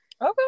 Okay